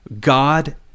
God